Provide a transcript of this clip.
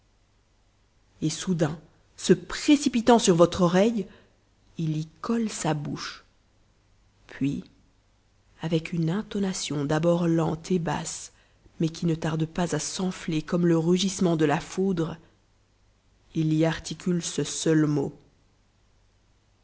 et soudain se précipitant sur votre oreille il y colle sa bouche puis avec une intonation d'abord lente et basse mais qui ne tarde pas à s'enfler comme le rugissement de la foudre il y articule ce seul mot